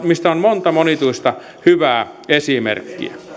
mistä on monta monituista hyvää esimerkkiä